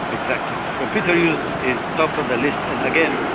exactly. computer use is top of the list, and again,